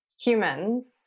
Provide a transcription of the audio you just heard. humans